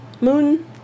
Moon